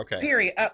Period